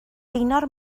gaynor